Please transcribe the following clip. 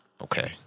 Okay